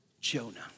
Jonah